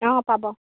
অঁ পাব